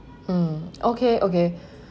mm okay okay